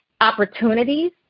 opportunities